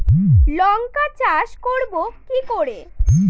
লঙ্কা চাষ করব কি করে?